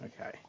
Okay